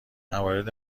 مواد